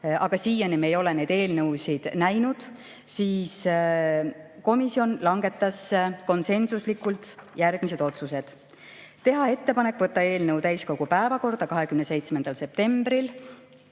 aga siiani ei ole me neid eelnõusid näinud, siis langetas komisjon konsensuslikult järgmised otsused: teha ettepanek võtta eelnõu täiskogu päevakorda 27. septembril,